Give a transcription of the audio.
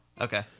Okay